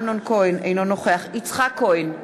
אינו נוכח יצחק כהן,